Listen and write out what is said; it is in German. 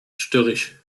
störrisch